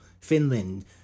Finland